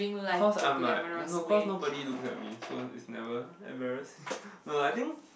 cause I'm like don't know cause nobody look at me so it's never embarrassing no lah I think